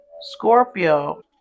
Scorpio